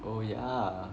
oh yeah